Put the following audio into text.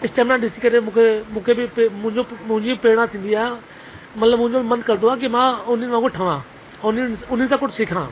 stamina ॾिसी करे मूंखे मूंखे बि प मुंहिंजो मुंहिंजी प्रेरणा थींदी आहे मतिलबु मुंहिंजो बि मन कंदो आहे कि मां उन्हनि वांगुरु ठवां उन्हनि उन्हनि सां कुझु सिखां